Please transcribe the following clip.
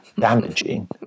damaging